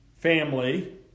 family